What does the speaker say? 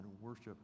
worship